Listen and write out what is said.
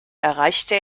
erreichte